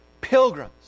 pilgrims